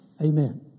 Amen